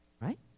right